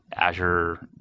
azure,